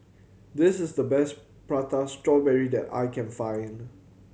this is the best Prata Strawberry that I can find